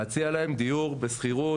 להציע להם דיור בשכירות,